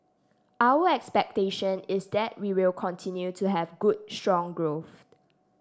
our expectation is that we will continue to have good strong growth